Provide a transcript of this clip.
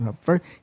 first